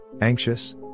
Anxious